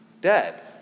dead